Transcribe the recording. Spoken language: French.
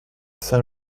saint